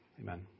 amen